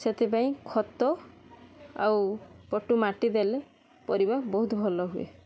ସେଥିପାଇଁ ଖତ ଆଉ ପଟୁମାଟି ଦେଲେ ପରିବା ବହୁତ ଭଲ ହୁଏ